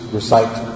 recite